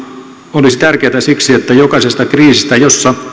olisi tärkeätä siksi että jokaisesta kriisistä jossa